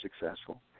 successful